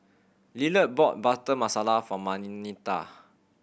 Lillard bought Butter Masala for Marnita